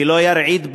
ולא ירעיד בה,